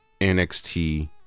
NXT